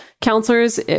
counselors